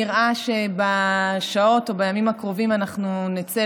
נראה שבשעות או בימים הקרובים אנחנו נצא